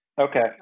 Okay